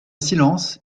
silence